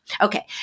Okay